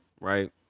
Right